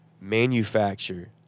manufacture